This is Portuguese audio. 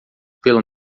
pelo